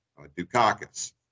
Dukakis